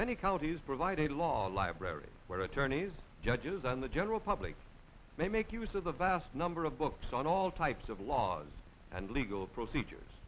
many counties provide a law library where attorneys judges on the general public may make use of a vast number of books on all types of laws and legal procedures